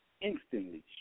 instantly